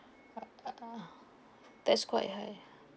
that's quite high